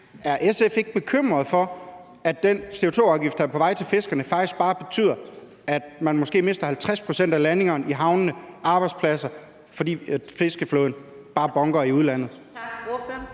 er SF så ikke bekymret for, at den CO2-afgift faktisk bare betyder, at man måske mister 50 pct. af landingerne i havnene og mister arbejdspladser, fordi fiskeflåden bare bunker i udlandet?